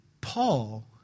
Paul